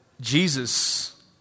Jesus